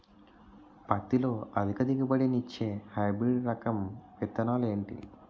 పత్తి లో అధిక దిగుబడి నిచ్చే హైబ్రిడ్ రకం విత్తనాలు ఏంటి